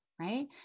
right